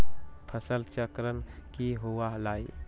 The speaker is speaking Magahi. फसल चक्रण की हुआ लाई?